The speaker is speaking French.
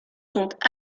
sont